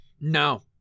No